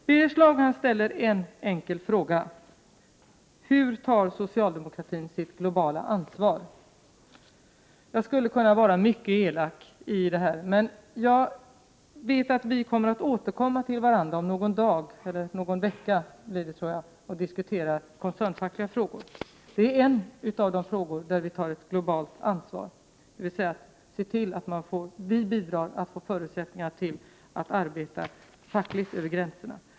Birger Schlaug ställer en enkel fråga: Hur tar socialdemokratin sitt globala ansvar? Jag skulle kunna vara mycket elak här. Men jag vet att vi kommer att återkomma till varandra om någon vecka och diskutera koncernfackliga frågor. Detta är en av de frågor där vi tar ett globalt ansvar, dvs. vi bidrar till att förutsättningar ges för fackligt arbete över gränserna.